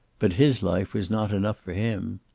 but his life was not enough for him.